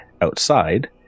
outside